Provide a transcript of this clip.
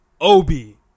Obi